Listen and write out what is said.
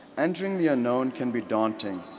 entering the unknown can be daunting